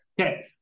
Okay